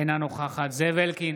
אינה נוכחת זאב אלקין,